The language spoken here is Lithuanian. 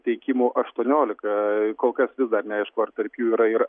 teikimų aštuoniolika kol kas vis dar neaišku ar tarp jų yra ir